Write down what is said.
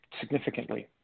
significantly